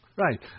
Right